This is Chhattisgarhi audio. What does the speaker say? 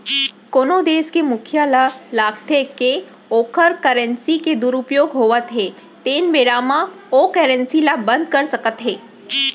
कोनो देस के मुखिया ल लागथे के ओखर करेंसी के दुरूपयोग होवत हे तेन बेरा म ओ करेंसी ल बंद कर सकत हे